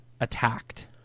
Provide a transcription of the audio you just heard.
attacked